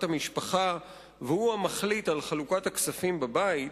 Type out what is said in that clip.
המשפחה והוא המחליט על חלוקת הכספים בבית,